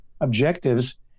objectives